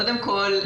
קודם כל,